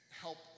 help